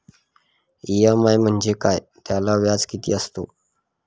EMI म्हणजे काय? त्याला व्याज किती असतो?